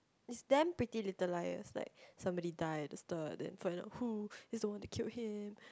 is damn Pretty-Little-Liars like somebody die at the start then find out who then some more they kill him